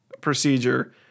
procedure